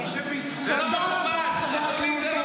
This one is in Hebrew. תודה רבה, חבר הכנסת.